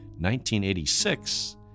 1986